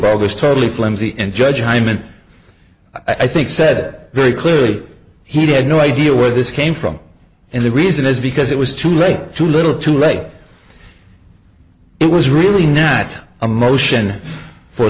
bogus totally flimsy and judge i meant i think said very clearly he had no idea where this came from and the reason is because it was too late too little too late it was really not a motion for